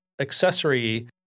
accessory